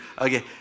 okay